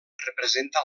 representa